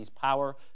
power